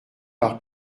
par